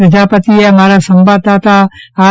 પ્રજાપતિએ અમારા સંવાદદાતા આર